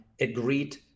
agreed